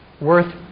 worth